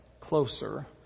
closer